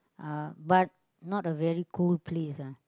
uh but not a very cool place ah